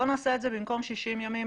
בואו נעשה את זה במקום 60 ימים,